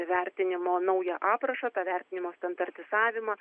įvertinimo naują aprašą tą vertinimo standartizavimą